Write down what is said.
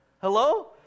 Hello